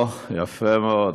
אוה, יפה מאוד.